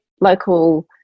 local